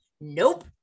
Nope